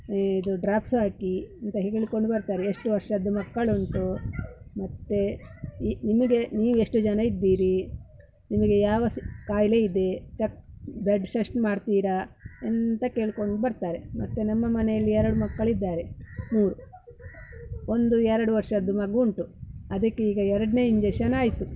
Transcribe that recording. ಇದು ಡ್ರಾಪ್ಸು ಹಾಕಿ ಅಂತ ಹೇಳಿಕೊಂಡು ಬರ್ತಾರೆ ಎಷ್ಟು ವರ್ಷದ ಮಕ್ಕಳುಂಟು ಮತ್ತೆ ಈ ನಿಮಗೆ ನೀವು ಎಷ್ಟು ಜನ ಇದ್ದೀರಿ ನಿಮಗೆ ಯಾವ ಸ್ ಕಾಯಿಲೆ ಇದೆ ಚಕ್ ಬ್ಲಡ್ ಸಶ್ಟ್ ಮಾಡ್ತೀರಾ ಅಂತ ಕೇಳಿಕೊಂಡು ಬರ್ತಾರೆ ಮತ್ತೆ ನಮ್ಮ ಮನೆಯಲ್ಲಿ ಎರಡು ಮಕ್ಕಳಿದ್ದಾರೆ ಮೂರು ಒಂದು ಎರಡು ವರ್ಷದ್ದು ಮಗು ಉಂಟು ಅದಕ್ಕೆ ಈಗ ಎರಡನೇ ಇಂಜೆಷನ್ ಆಯಿತು